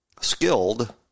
skilled